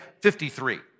53